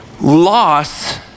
Loss